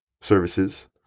services